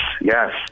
Yes